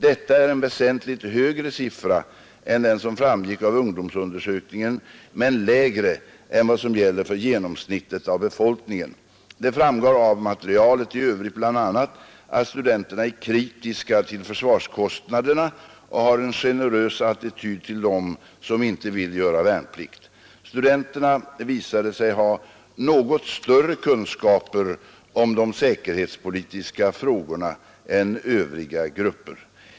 Detta är en väsentligt högre siffra än den som framgick av ungdomsundersökningen men lägre än vad som gäller för genomsnittet av befolkningen. Det framgår av materialet i övrigt bl.a. att studenterna är kritiska till försvarskostnaderna och har en generös attityd till dem som inte vill göra värnplikt. Studenterna visade sig ha något större kunskaper om de säkerhetspolitiska frågorna än övriga grupper.